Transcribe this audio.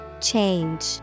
Change